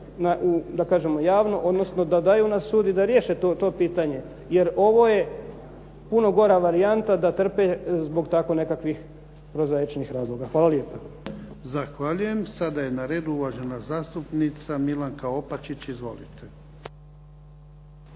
da kažemo javno, odnosno da daju na sud i da riješe to pitanje jer ovo je puno gora varijanta da trpe zbog tako nekakvih prozaičnih razloga. Hvala lijepa. **Jarnjak, Ivan (HDZ)** Zahvaljujem. Sada je na redu uvažena zastupnica Milanka Opačić. Izvolite.